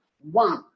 one